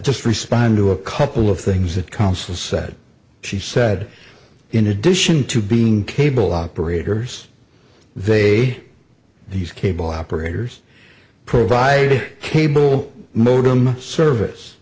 just respond to a couple of things that consul said she said in addition to being cable operators they these cable operators provided cable modem service